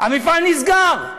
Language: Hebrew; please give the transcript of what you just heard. המפעל נסגר.